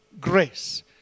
Grace